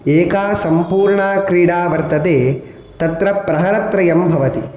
एका सम्पूर्णा क्रीडा वर्तते तत्र प्रहर त्रयं भवति